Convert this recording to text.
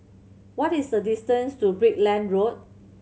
what is the distance to Brickland Road